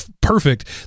perfect